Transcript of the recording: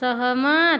सहमत